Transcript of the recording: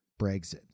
Brexit